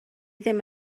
ddim